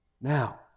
now